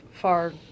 far